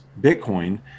Bitcoin